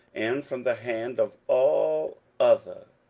and from the hand of all other,